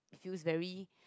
feels very